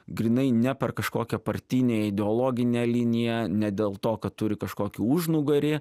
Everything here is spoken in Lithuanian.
grynai ne per kažkokią partinę ideologinę liniją ne dėl to kad turi kažkokį užnugarį